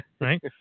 right